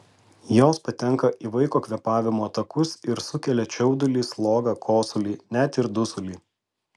jos patenka į vaiko kvėpavimo takus ir sukelia čiaudulį slogą kosulį net ir dusulį